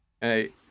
hey